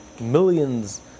millions